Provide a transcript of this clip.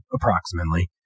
approximately